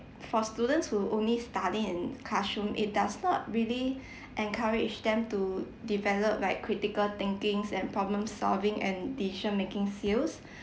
for students who only study in classroom it does not really encourage them to develop like critical thinking and problem solving and decision making skills